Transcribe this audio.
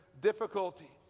difficulty